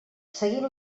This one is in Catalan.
seguint